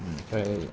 आमफ्राय